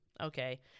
okay